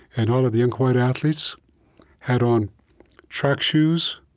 and all of the young white athletes had on track shoes,